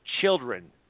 children